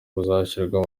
bizashyirwa